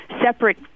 separate